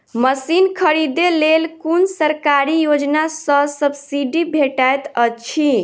Machine खरीदे लेल कुन सरकारी योजना सऽ सब्सिडी भेटैत अछि?